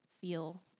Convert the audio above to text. feel